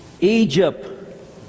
Egypt